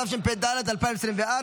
התשפ"ד 2024,